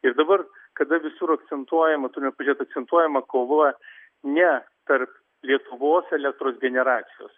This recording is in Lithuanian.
ir dabar kada visur akcentuojama turime pažiūrėt akcentuojama kova ne tarp lietuvos elektros generacijos